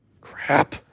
Crap